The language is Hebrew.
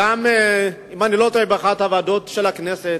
וגם, אם אני לא טועה, באחת הוועדות של הכנסת.